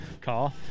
car